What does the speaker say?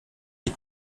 die